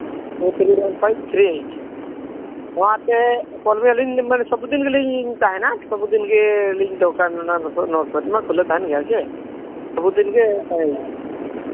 two three one five three eight ᱱᱚᱣᱟᱛᱮ ᱠᱚᱞ ᱵᱤᱱ ᱥᱚᱵᱽ ᱫᱤᱱ ᱜᱮᱞᱤᱧ ᱛᱟᱦᱮᱱᱟ ᱥᱚᱵᱽ ᱫᱤᱱᱜᱮ ᱟᱹᱞᱤᱧ ᱫᱚᱨᱠᱟᱨ ᱨᱮᱱᱟᱜ ᱫᱚᱠᱟᱱ ᱢᱟ ᱠᱷᱩᱞᱟᱹᱣ ᱛᱟᱦᱮᱱ ᱜᱮᱭᱟ ᱥᱮ ᱥᱚᱵᱽ ᱫᱤᱱ ᱜᱮ ᱛᱟᱦᱮᱸ ᱦᱩᱭᱩᱜᱼᱟ